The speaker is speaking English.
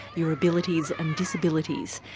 your abilities and disabilities.